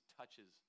touches